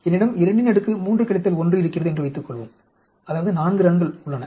என்னிடம் 23 1 இருக்கிறது என்று வைத்துக்கொள்வோம் அதாவது 4 ரன்கள் உள்ளன